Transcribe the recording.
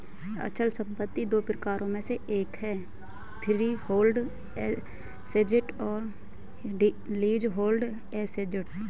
अचल संपत्ति दो प्रकारों में से एक है फ्रीहोल्ड एसेट्स और लीजहोल्ड एसेट्स